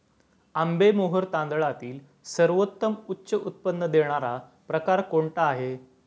आंबेमोहोर तांदळातील सर्वोत्तम उच्च उत्पन्न देणारा प्रकार कोणता आहे?